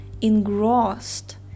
engrossed